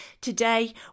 Today